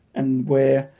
and where,